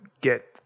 get